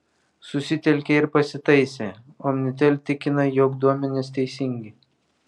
susitelkė ir pasitaisė omnitel tikina jog duomenys teisingi